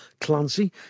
Clancy